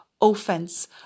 offense